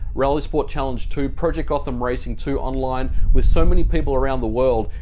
rallisport challenge two, project gotham racing two online with so many people around the world.